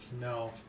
no